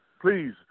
Please